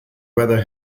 whether